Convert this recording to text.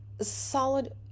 solid